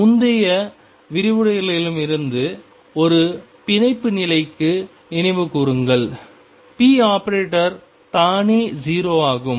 முந்தைய விரிவுரையாளரிடமிருந்து ஒரு பிணைப்பு நிலைக்கு நினைவுகூருங்கள் ⟨p⟩ தானே 0 ஆகும்